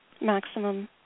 maximum